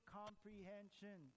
comprehension